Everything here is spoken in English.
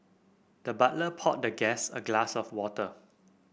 the butler poured the guest a glass of water